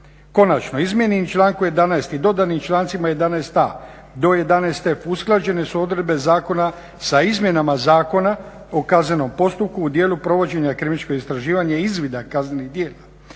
Konačno, izmijenjenim člankom 11. i dodanim člancima 11.a do 11.f usklađene su odredbe zakona sa izmjenama Zakona o kaznenom postupku u dijelu provođenja kriminalističkog istraživanja, izvida kaznenih djela.